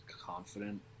confident